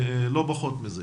לא פחות מזה.